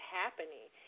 happening